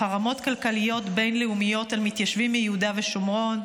לחרמות כלכליים בין-לאומיים על מתיישבים מיהודה ושומרון,